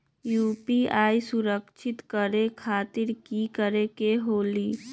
UPI सुरक्षित करे खातिर कि करे के होलि?